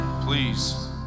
Please